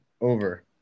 over